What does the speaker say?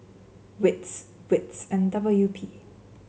WITS WITS and W U P